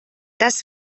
das